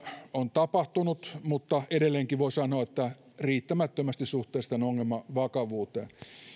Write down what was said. on tapahtunut mutta edelleenkin voi sanoa että riittämättömästi suhteessa tämän ongelman vakavuuteen